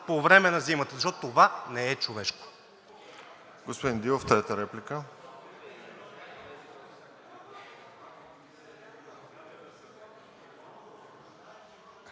по време на зимата. Защото това не е човешко!